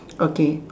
okay